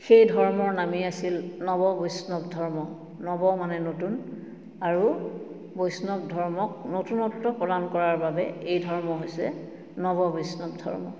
সেই ধৰ্মৰ নামেই আছিল নৱবৈষ্ণৱ ধৰ্ম নৱ মানে নতুন আৰু বৈষ্ণৱ ধৰ্মক নতুনত্ব প্ৰদান কৰাৰ বাবে এই ধৰ্ম হৈছে নৱ বৈষ্ণৱ ধৰ্ম